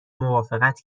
موافقت